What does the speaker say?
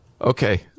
Okay